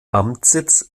amtssitz